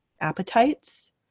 appetites